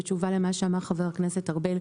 בתשובה למה שאמר חבר הכנסת ארבל,